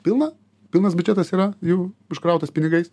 pilna pilnas biudžetas yra jų užkrautas pinigais